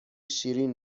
شیرین